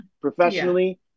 professionally